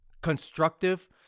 constructive—